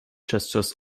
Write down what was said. gestures